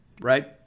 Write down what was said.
right